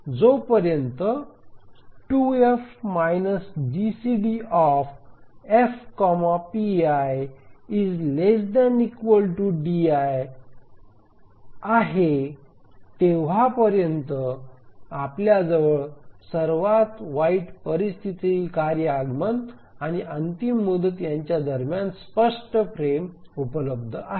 जोपर्यंत 2F GCD Fpi is ≤ di आहे तेव्हापर्यंत आपल्याजवळ सर्वात वाईट परिस्थितीतही कार्ये आगमन आणि अंतिम मुदत यांच्या दरम्यान स्पष्ट फ्रेम उपलब्ध आहे